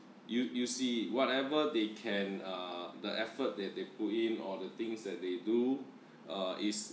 you you see whatever they can err the efforts that they put in all the things that they do uh is